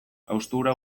haustura